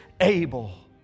able